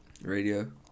Radio